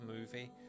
movie